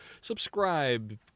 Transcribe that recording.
subscribe